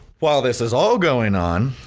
while this is all going on,